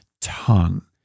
tongue